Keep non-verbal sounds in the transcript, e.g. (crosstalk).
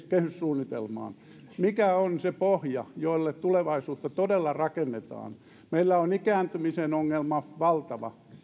(unintelligible) kehyssuunnitelmaan siihen mikä on se pohja jolle tulevaisuutta todella rakennetaan meillä ikääntymisen ongelma on valtava